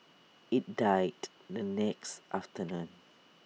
IT died the next afternoon